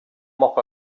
mop